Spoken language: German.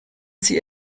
sie